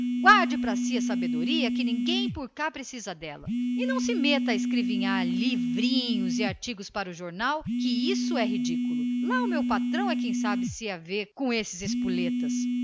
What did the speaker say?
guarde pra si a sabedoria que ninguém por cá precisa dela nem lha pediu e não se meta a escrevinhar livrinhos e artigos para os jornais que isso é ridículo lá o meu patrão é quem sabe haver se com esses espoletas